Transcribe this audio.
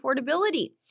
affordability